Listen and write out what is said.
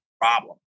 problem